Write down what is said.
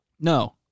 no